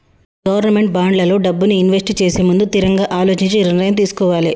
government బాండ్లల్లో డబ్బుని invest చేసేముందు తిరంగా అలోచించి నిర్ణయం తీసుకోవాలే